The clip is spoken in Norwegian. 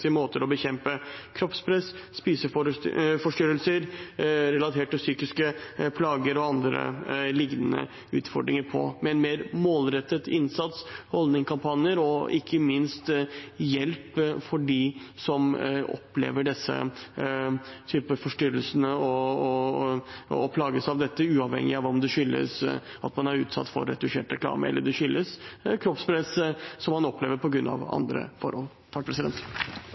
måter å bekjempe kroppspress, spiseforstyrrelser, relaterte psykiske plager og andre lignende utfordringer på, med mer målrettet innsats, holdningskampanjer og ikke minst hjelp for dem som opplever disse forstyrrelsene og plages av det, uavhengig av om det skyldes at man er utsatt for retusjert reklame, eller kroppspress som man opplever på grunn av andre forhold.